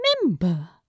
remember